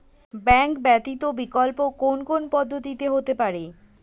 Bank ব্যতীত বিকল্প কোন কোন পদ্ধতিতে হতে পারে?